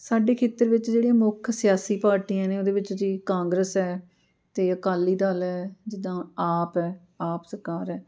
ਸਾਡੇ ਖੇਤਰ ਵਿੱਚ ਜਿਹੜੀਆਂ ਮੁੱਖ ਸਿਆਸੀ ਪਾਰਟੀਆਂ ਨੇ ਉਹਦੇ ਵਿੱਚ ਜੀ ਕਾਂਗਰਸ ਹੈ ਅਤੇ ਅਕਾਲੀ ਦਲ ਹੈ ਜਿੱਦਾਂ ਆਪ ਹੈ ਆਪ ਸਰਕਾਰ ਹੈ